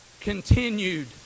Continued